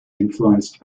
influenced